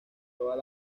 todas